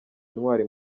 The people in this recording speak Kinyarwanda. intwari